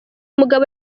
mugabo